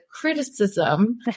criticism